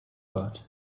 got